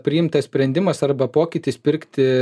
priimtas sprendimas arba pokytis pirkti